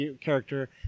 character